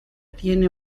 tiene